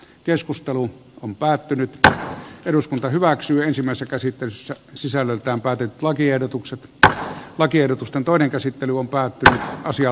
keskustelu on päättynyt että eduskunta päätettiin ensimmäisessä käsittelyssä sisällöltään päätet lakiehdotukset että lakiehdotusten toinen käsittely on päättänyt asian